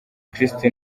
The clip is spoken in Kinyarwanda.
kristo